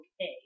okay